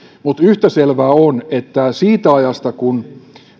mutta yhtä selvää on että siitä ajasta kun